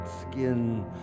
skin